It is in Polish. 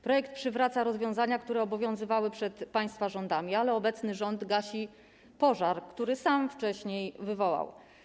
Projekt przywraca rozwiązania, które obowiązywały przed państwa rządami, ale obecny rząd gasi pożar, który sam wcześniej wywołał.